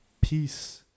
Peace